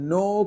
no